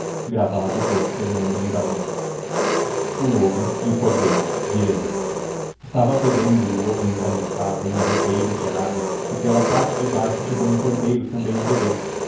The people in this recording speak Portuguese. o lobo e o cordeiro estava bebendo lium lobo encarniçado em hum ribeiro de agua e pela parte debaixo chegou hum cordeiro lambem a beber